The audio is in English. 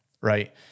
Right